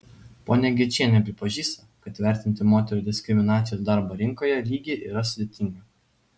ponia gečienė pripažįsta kad vertinti moterų diskriminacijos darbo rinkoje lygį yra sudėtinga